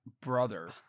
brother